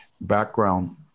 background